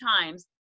times